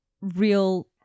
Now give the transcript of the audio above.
real